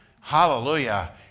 Hallelujah